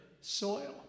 soil